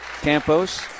Campos